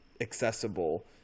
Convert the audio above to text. accessible